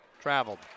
traveled